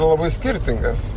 labai skirtingas